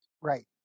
Right